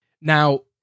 Now